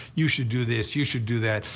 you should do this, you should do that.